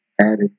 added